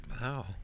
Wow